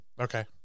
Okay